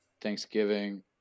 Thanksgiving